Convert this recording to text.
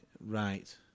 Right